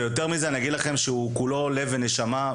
יותר מזה, אני אגיד לכם שהוא כולו לב ונשמה.